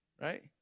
right